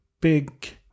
big